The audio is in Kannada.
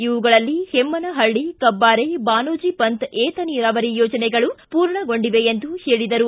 ಇವುಗಳಲ್ಲಿ ಹೆಮ್ನಹಳ್ಳಿ ಕಬ್ಲಾರೆ ಬಾಣೋಜಪಂತ್ ಏತ ನೀರಾವರಿ ಯೋಜನೆಗಳು ಪೂರ್ಣಗೊಂಡಿವೆ ಎಂದು ಹೇಳಿದರು